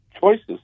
choices